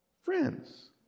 friends